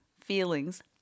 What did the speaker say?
feelings